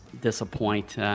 disappoint